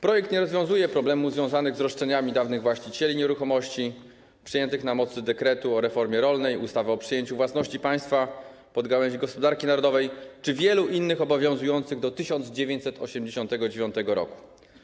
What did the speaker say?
Projekt nie rozwiązuje problemów związanych z roszczeniami dawnych właścicieli nieruchomości przejętych na mocy dekretu o reformie rolnej, ustawy o przejęciu na własność państwa podstawowych gałęzi gospodarki narodowej czy wielu innych obowiązujących do 1989 r.